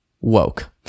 Woke